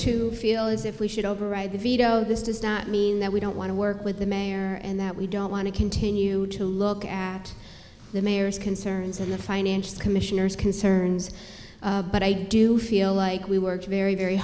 too feel as if we should override the veto this does not mean that we don't want to work with the mayor and that we don't want to continue to look at the mayor's concerns in the financial commissioner's concerns but i do feel like we work very very